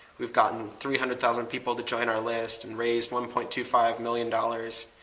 we've gotten three hundred thousand people to join our list and raise one point two five million dollars.